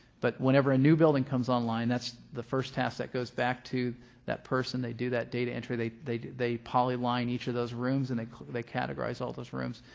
but whenever a new building comes online, that's the first task. that goes back to that person. they do that data entry. they they poly-line each of those rooms and they they categorize all those rooms.